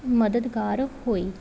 ਮਦਦਗਾਰ ਹੋਈ